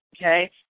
okay